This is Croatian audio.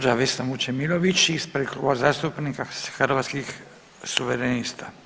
Gđa. Vesna Vučemilović ispred Kluba zastupnika Hrvatskih suverenista.